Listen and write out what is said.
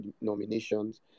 nominations